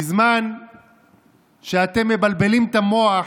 בזמן שאתם מבלבלים את המוח